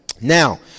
Now